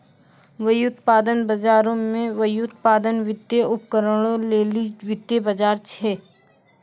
व्युत्पादन बजारो मे व्युत्पादन, वित्तीय उपकरणो लेली वित्तीय बजार छै